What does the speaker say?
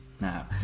Now